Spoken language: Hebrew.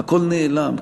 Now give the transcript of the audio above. הכול נעלם,